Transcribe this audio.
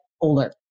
older